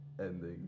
ending